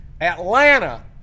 Atlanta